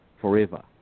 forever